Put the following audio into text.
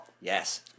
Yes